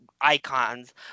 icons